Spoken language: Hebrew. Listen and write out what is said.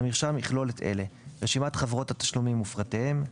המרשם יכלול את אלה: רשימת חברות התשלומים ופרטיהן;